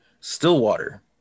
Stillwater